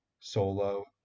solo